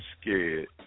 scared